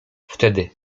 wtedy